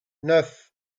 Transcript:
neuf